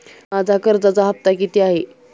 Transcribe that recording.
माझा कर्जाचा हफ्ता किती आहे?